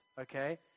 okay